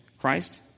Christ